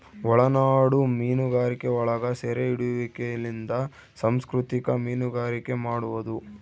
ಒಳನಾಡ ಮೀನುಗಾರಿಕೆಯೊಳಗ ಸೆರೆಹಿಡಿಯುವಿಕೆಲಿಂದ ಸಂಸ್ಕೃತಿಕ ಮೀನುಗಾರಿಕೆ ಮಾಡುವದು